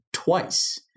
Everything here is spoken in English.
Twice